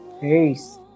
Peace